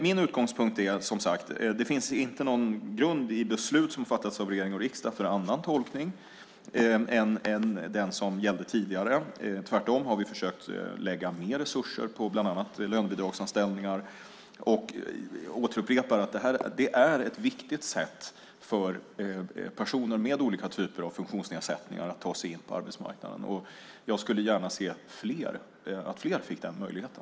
Min utgångspunkt är som sagt att det inte finns någon grund i beslut som fattats av regering och riksdag för någon annan tolkning än den som gällde tidigare. Tvärtom har vi försökt lägga mer resurser på bland annat lönebidragsanställningar, och jag upprepar att detta är ett viktigt sätt för personer med olika typer av funktionsnedsättningar att ta sig in på arbetsmarknaden. Jag skulle gärna se att fler fick den möjligheten.